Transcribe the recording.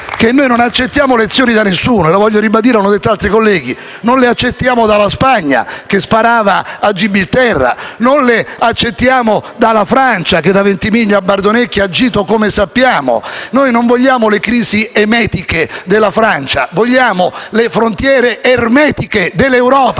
hanno detto altri colleghi, ma lo voglio ribadire. Non le accettiamo dalla Spagna, che sparava a Gibilterra; non le accettiamo dalla Francia, che da Ventimiglia a Bardonecchia ha agito come sappiamo. Noi non vogliamo le crisi emetiche della Francia; vogliamo le frontiere ermetiche dell'Europa.